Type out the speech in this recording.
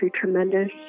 tremendous